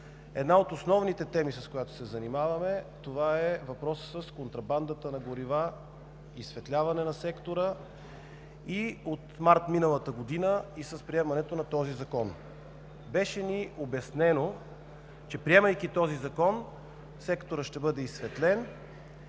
една от основните теми, с която се занимаваме, е въпросът с контрабандата на горива, изсветляване на сектора, а от март миналата година – и с приемането на този закон. Беше ни обяснено, че, приемайки този закон, секторът ще бъде изсветлен,